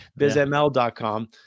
bizml.com